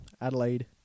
Adelaide